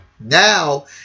Now